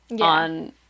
on